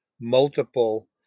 multiple